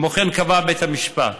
כמו כן קבע בית המשפט